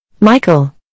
Michael